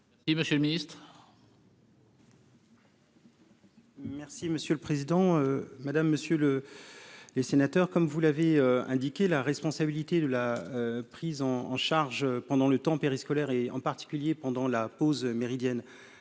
Merci monsieur le président, madame, monsieur, le les sénateurs, comme vous l'avez indiqué la responsabilité de la prise en charge pendant le temps périscolaire et en particulier pendant la pause méridienne